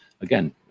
again